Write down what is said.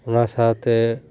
ᱚᱱᱟ ᱥᱟᱶᱛᱮ